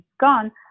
gone